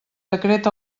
decret